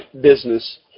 business